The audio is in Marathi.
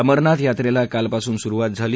अमरनाथ यात्रेला कालपासून सुरुवात झाली